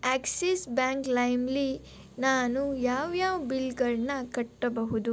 Axis Bank ಲೈಮಲ್ಲಿ ನಾನು ಯಾವ್ಯಾವ ಬಿಲ್ಗಳನ್ನ ಕಟ್ಟಬಹುದು